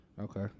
Okay